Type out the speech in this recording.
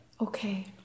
Okay